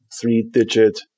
three-digit